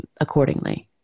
accordingly